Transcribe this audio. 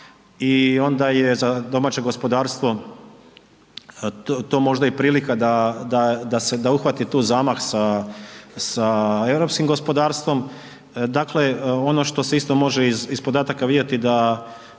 i onda je za domaće gospodarstvo to možda i prilika da, da, da se, da uhvati tu zamah sa, sa europskim gospodarstvom. Dakle, ono što se isto može iz, iz podataka vidjeti da